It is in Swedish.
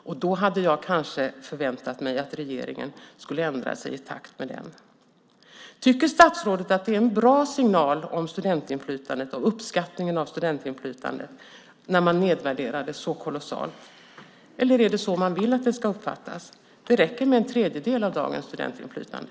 Jag hade förväntat mig att regeringen skulle ändra sig i takt med den. Tycker statsrådet att det är en bra signal om studentinflytandet och uppskattningen av studentinflytandet när man nedvärderar det så kolossalt? Är det så man vill att det ska uppfattas? Det räcker med en tredjedel av dagens studentinflytande.